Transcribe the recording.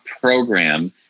program